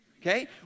Okay